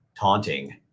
taunting